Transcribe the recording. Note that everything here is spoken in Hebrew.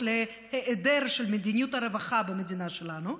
להיעדר של מדיניות הרווחה במדינה שלנו,